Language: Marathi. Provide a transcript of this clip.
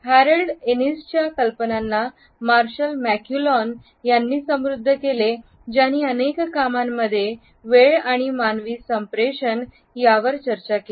हॅरल्ड इनिसच्या कल्पनांना मार्शल मॅक्लुहान यांनी समृद्ध केले ज्यांनी अनेक कामांमध्ये वेळ आणि मानवी संप्रेषण यावर चर्चा केली